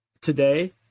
today